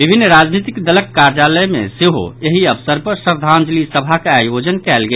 विभिन्न राजनीतिक दलक कार्यालय मे सेहो एहि अवसर पर श्रद्धांजलि सभाक आयोजन कयल गेल